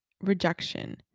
rejection